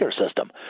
system